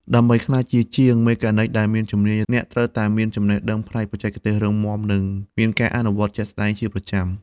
ដើម្បីក្លាយជាជាងមេកានិកដែលមានជំនាញ អ្នកត្រូវតែមានចំណេះដឹងផ្នែកបច្ចេកទេសរឹងមាំ និងមានការអនុវត្តជាក់ស្តែងជាប្រចាំ។